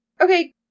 Okay